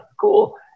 cool